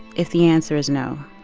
if the answer is no,